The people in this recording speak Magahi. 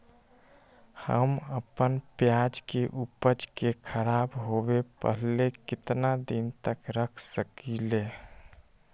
हम अपना प्याज के ऊपज के खराब होबे पहले कितना दिन तक रख सकीं ले?